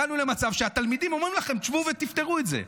הגענו למצב שהתלמידים אומרים לכם: תשבו ותפתרו את זה.